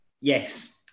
Yes